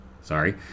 sorry